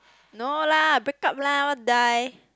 no lah breakup lah what die